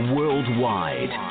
Worldwide